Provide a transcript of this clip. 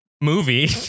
movie